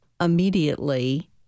immediately